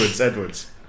Edwards